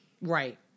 Right